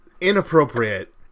Inappropriate